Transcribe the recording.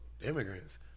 immigrants